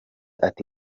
ati